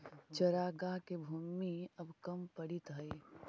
चरागाह के भूमि अब कम पड़ीत हइ